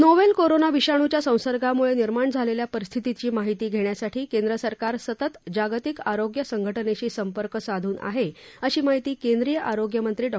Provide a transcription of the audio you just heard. novel corona विषाणूच्या संसर्गामुळे निर्माण झालेल्या परिस्थितीची माहिती घेण्यासाठी केंद्र सरकार सतत जागतिक आरोग्य संघटनेशी संपर्क साधून आहे अशी माहिती केंद्रीय आरोग्यमंत्री डॉ